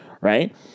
right